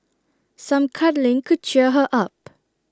some cuddling could cheer her up